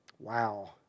Wow